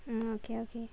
mm okay okay